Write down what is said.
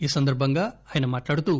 ఈ సందర్బంగా ఆయన మాట్లాడుతూ